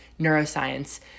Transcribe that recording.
neuroscience